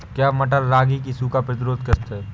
क्या मटर रागी की सूखा प्रतिरोध किश्त है?